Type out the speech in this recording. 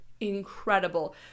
incredible